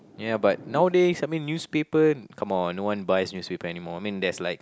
ya but nowadays I mean newspaper come on no one buys newspaper anymore I mean there's like